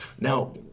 Now